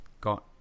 got